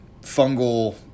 fungal